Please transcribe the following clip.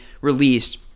released